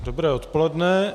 Dobré odpoledne.